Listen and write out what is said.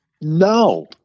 No